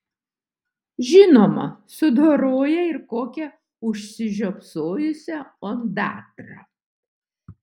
žinoma sudoroja ir kokią užsižiopsojusią ondatrą